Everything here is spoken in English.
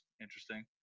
interesting